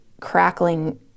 crackling